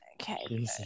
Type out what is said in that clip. Okay